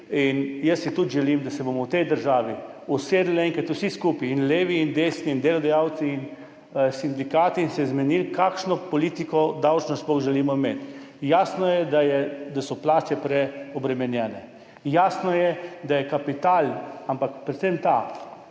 Jaz si tudi želim, da se bomo v tej državi usedli enkrat vsi skupaj, in levi in desni in delodajalci in sindikati, in se zmenili, kakšno davčno politiko sploh želimo imeti. Jasno je, da so plače preobremenjene. Jasno je, da je kapital, ampak predvsem ta,